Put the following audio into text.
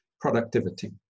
Productivity